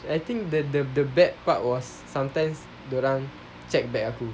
I think the the the bad part was sometimes check bag aku